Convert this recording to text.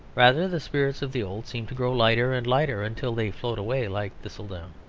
rather the spirits of the old seem to grow lighter and lighter until they float away like thistledown.